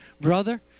Brother